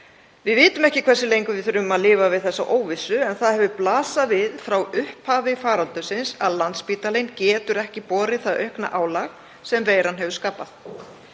Við vitum ekki hversu lengi við þurfum að lifa við þessa óvissu en það hefur blasað við frá upphafi faraldursins að Landspítalinn getur ekki borið það aukna álag sem veiran hefur skapað.